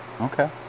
okay